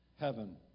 heaven